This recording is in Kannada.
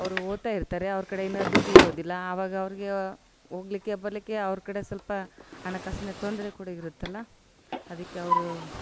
ಅವರು ಓದ್ತಾ ಇರ್ತರೆ ಅವ್ರ ಕಡೆ ಇನ್ನು ದುಡ್ಡು ಇರೋದಿಲ್ಲ ಆವಾಗ ಅವರಿಗೆ ಹೋಗ್ಲಿಕ್ಕೆ ಬರಲಿಕ್ಕೆ ಅವ್ರಕಡೆ ಸ್ವಲ್ಪ ಹಣಕಾಸಿನ ತೊಂದರೆ ಕೂಡ ಇರುತ್ತಲ್ಲ ಅದಕ್ಕೆ ಅವರು